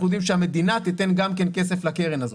יודעים שהמדינה תיתן כסף לקרן הזאת,